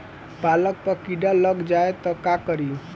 पालक पर कीड़ा लग जाए त का करी?